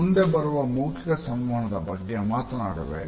ಮುಂದೆ ಬರುವ ಮೌಖಿಕ ಸಂವಹನದ ಬಗ್ಗೆ ಮಾತನಾಡುವೆ